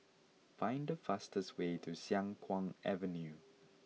find the fastest way to Siang Kuang Avenue